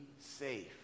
safe